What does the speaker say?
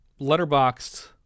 letterboxed